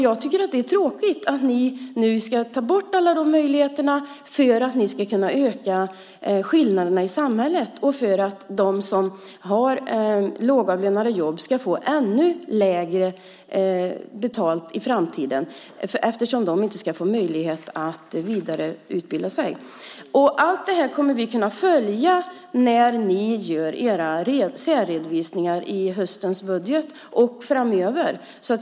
Jag tycker att det är tråkigt att ni nu ska ta bort alla de här möjligheterna för att kunna öka skillnaderna i samhället och för att de som har lågavlönade jobb ska få ännu mindre betalt i framtiden eftersom de inte ska få möjlighet att vidareutbilda sig. Allt detta kommer vi att kunna följa när ni gör era särredovisningar i höstens budget och framöver.